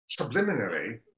subliminally